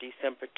December